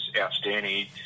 outstanding